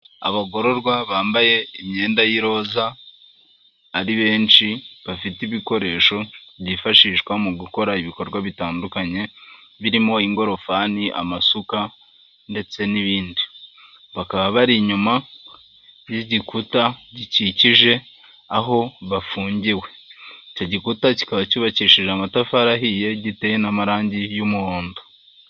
Abagororwa bambaye imyenda y'iroza ari benshi bafite ibikoresho byifashishwa mu gukora ibikorwa bitandukanye birimo ingorofani amasuka ndetse n'ibindi bakaba bari inyuma y'igikuta gikikije aho bafungiwe icyo gikuta kikaba cyubakishije amatafari ahiye giteye n'amarangi y'umuhondo.